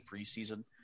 preseason